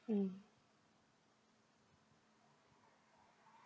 mm